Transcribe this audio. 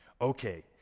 okay